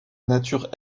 nature